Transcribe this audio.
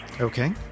okay